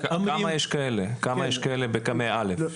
כמה יש כאלה בקמ"ע א'?